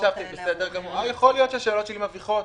יכול להיות שהשאלות שלי מביכות,